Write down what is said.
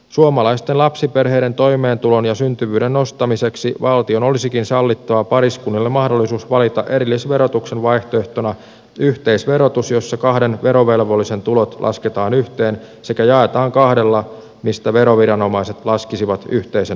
suomalaisten lapsiperheiden toimeentulon ja syntyvyyden nostamiseksi valtion olisikin sallittava pariskunnille mahdollisuus valita erillisverotuksen vaihtoehtona yhteisverotus jossa kahden verovelvollisen tulot lasketaan yhteen sekä jaetaan kahdella mistä veroviranomaiset laskisivat yhteisen veroprosentin